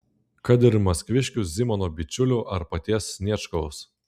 kad ir maskviškių zimano bičiulių ar paties sniečkaus